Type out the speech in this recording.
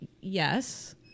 yes